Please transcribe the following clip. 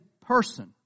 person